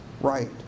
right